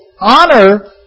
honor